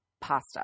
pasta